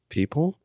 people